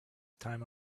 time